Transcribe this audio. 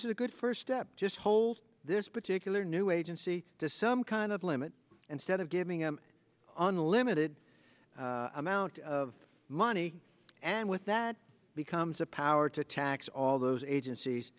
is a good first step just hold this particular new agency to some kind of limit instead of giving them unlimited amount of money and with that becomes a power to tax all those agencies